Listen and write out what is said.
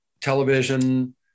television